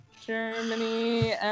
Germany